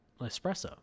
espresso